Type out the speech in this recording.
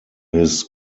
his